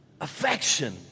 affection